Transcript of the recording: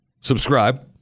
subscribe